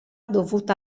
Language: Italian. dovuta